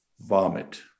vomit